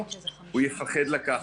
הוא יפחד לקחת.